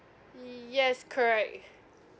yes correct